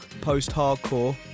post-hardcore